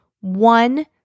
one